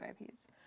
IPs